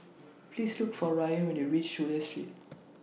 Please Look For Rayan when YOU REACH Chulia Street